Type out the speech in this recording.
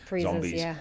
zombies